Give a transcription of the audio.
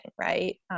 right